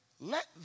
let